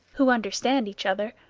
who understand each other,